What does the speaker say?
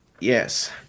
Yes